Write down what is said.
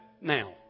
now